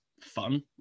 fun